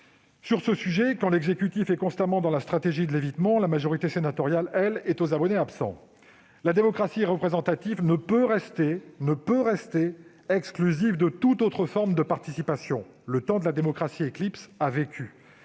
Sur ce sujet, quand l'exécutif est constamment dans la stratégie d'évitement, la majorité sénatoriale est, elle, aux abonnés absents. La démocratie représentative ne peut être exclusive de toute autre forme de participation. Le temps de la démocratie à éclipses a vécu.